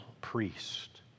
priest